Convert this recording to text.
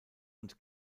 und